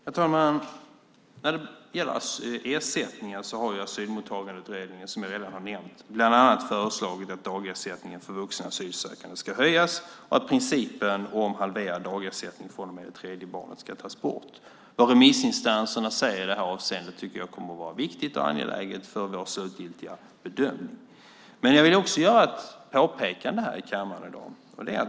Herr talman! När det gäller ersättning har Asylmottagningsutredningen, som jag redan har nämnt, bland annat föreslagit att dagersättningen för vuxna asylsökande ska höjas och att principen om halverad dagersättning från och med det tredje barnet ska tas bort. Vad remissinstanserna säger i det här avseendet kommer att vara viktigt och angeläget för vår slutgiltiga bedömning. Men jag vill också göra ett påpekande här i kammaren i dag.